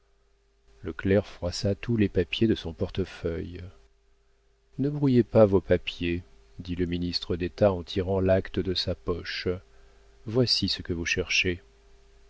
le clerc froissa tous les papiers de son portefeuille ne brouillez pas vos papiers dit le ministre d'état en tirant l'acte de sa poche voici ce que vous cherchez